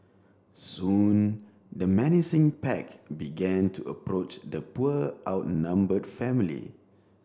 soon the menacing pack began to approach the poor outnumbered family